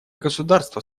государства